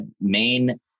main